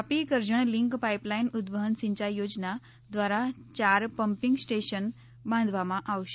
Tapi Karjan link pipeline ઉદ્વહન સિંચાઈ યોજના દ્વારા ચાર પંમ્પીંગ સ્ટેશન બાંધવામાં આવશે